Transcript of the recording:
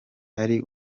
ari